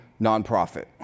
nonprofit